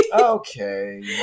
okay